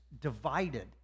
divided